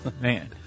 Man